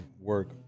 work